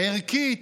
ערכית,